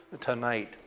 tonight